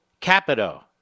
Capito